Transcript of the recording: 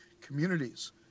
communities